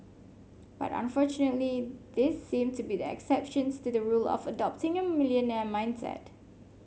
but unfortunately these seem to be the exceptions to the rule of adopting a millionaire mindset